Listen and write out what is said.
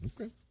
Okay